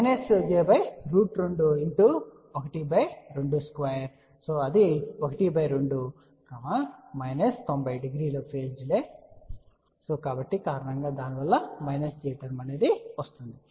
122 12 900 phase delay కారణంగా j term వస్తోంది